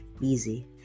easy